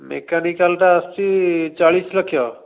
ମେକାନିକାଲ୍ଟା ଆସୁଛି ଚାଳିଶ ଲକ୍ଷ